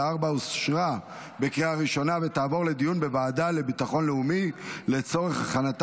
2024, לוועדה לביטחון לאומי נתקבלה.